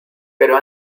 pero